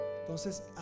Entonces